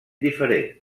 diferent